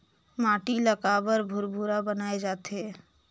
माटी ला काबर भुरभुरा बनाय जाथे?